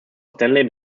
stanley